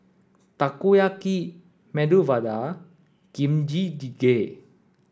Takoyaki Medu Vada Kimchi jjigae